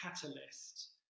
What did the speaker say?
catalyst